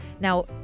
now